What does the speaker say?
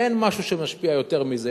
אין משהו שמשפיע יותר מזה.